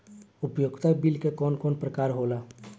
उपयोगिता बिल के कवन कवन प्रकार होला?